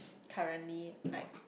currently like